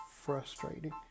frustrating